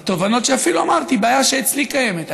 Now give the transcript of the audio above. אפילו התובנות שאמרתי לבעיה שאצלי קיימת,